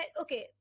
okay